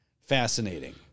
fascinating